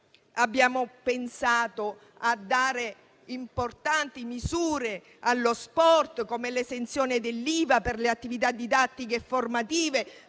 Abbiamo pensato a introdurre importanti misure per lo sport, come l'esenzione dell'IVA per le attività didattiche e formative